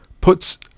puts